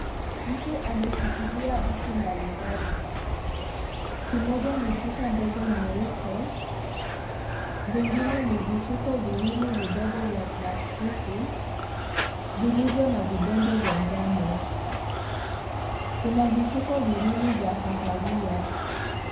Mtu ameshikilia vitu mbalimbali. Kimoja ni chupa ndogo nyeupe, vingine ni vifuko viwili vidogo vya plastiki, vilivyo na vidonge vya njano. Kuna vifuko viwili vya kahawia.